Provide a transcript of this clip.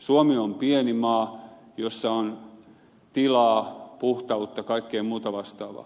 suomi on pieni maa jossa on tilaa puhtautta kaikkea muuta vastaavaa